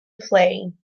playing